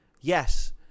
yes